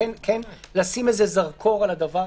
כך